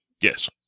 Yes